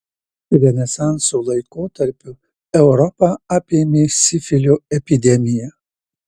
renesanso laikotarpiu europą apėmė sifilio epidemija